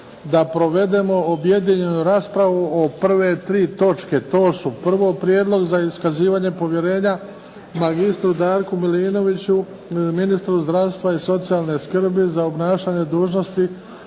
da provedemo objedinjenu raspravu o prve 3 točke. To su, prvo, prijedlog za iskazivanje povjerenja mr. Darku Milinoviću, ministru zdravstva i socijalne skrbi za obnašanje dužnosti